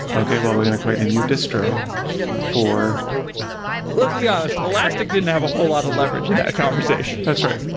okay, well we're going to create a new distro for let's be honest, elastic didn't have a whole lot of leverage in that conversation that's right.